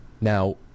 Now